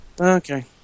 Okay